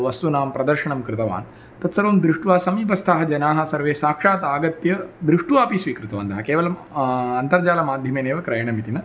वस्तूनां प्रदर्शनं कृतवान् तत्सर्वं दृष्ट्वा समीपस्थाः जनाः सर्वे साक्षात् आगत्य दृष्ट्वा अपि स्वीकृतवन्तः केवलम् अन्तर्जालमाध्यमेनेव क्रयणमिति न